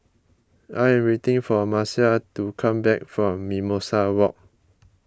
I am waiting for Marcia to come back from Mimosa Walk